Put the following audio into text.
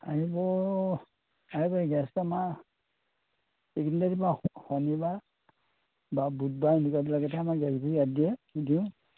আহিব আহিব গেছটো আমাৰ এইকেইদিনতে দিব শনিবাৰ বা বুধবাৰে আমাৰ গাড়ীবোৰ দিয়ে দিওঁ